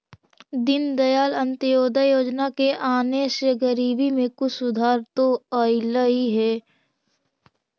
दीनदयाल अंत्योदय योजना के आने से गरीबी में कुछ सुधार तो अईलई हे